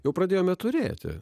jau pradėjome turėti